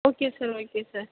okay sir okay sir